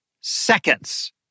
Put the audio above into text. seconds